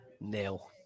nil